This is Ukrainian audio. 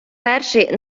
перший